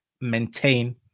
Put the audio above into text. maintain